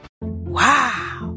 Wow